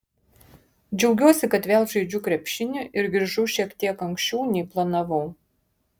džiaugiuosi kad vėl žaidžiu krepšinį ir grįžau šiek tiek anksčiau nei planavau